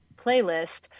playlist